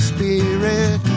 Spirit